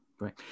Right